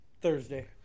Thursday